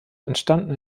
entstanden